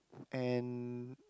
and